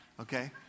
okay